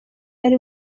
ari